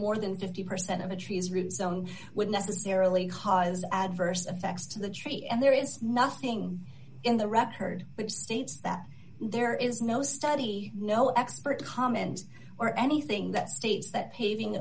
more than fifty percent of the trees root zone would necessarily cause adverse effects to the tree and there is nothing in the rep heard but states that there is no study no expert comments or anything that states that paving